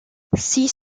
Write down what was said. six